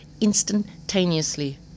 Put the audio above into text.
instantaneously